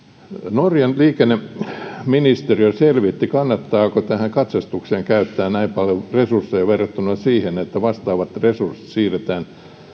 norjan liikenneministeriö selvitti kannattaako katsastukseen käyttää näin paljon resursseja verrattuna siihen että vastaavat resurssit siirretään